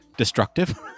destructive